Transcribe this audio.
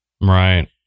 Right